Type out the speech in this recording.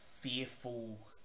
fearful